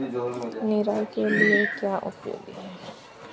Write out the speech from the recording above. निराई के लिए क्या उपयोगी है?